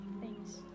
Thanks